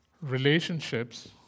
relationships